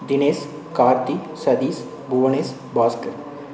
Dinesh Karthik Satish Bhuvanesh Bhaskar